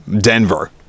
Denver